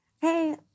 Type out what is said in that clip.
Hey